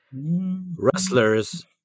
wrestlers